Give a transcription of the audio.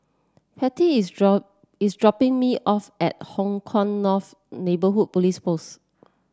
pate is drop is dropping me off at Hong Kah North Neighbourhood Police Post